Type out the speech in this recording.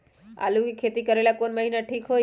आलू के खेती करेला कौन महीना ठीक होई?